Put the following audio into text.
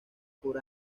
por